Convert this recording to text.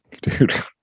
Dude